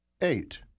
Eight